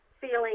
feeling